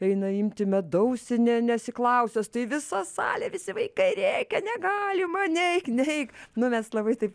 eina imti medaus ne ne nesiklausęs tai visa salė visi vaikai rėkia negalima neik neik nu mes labai taip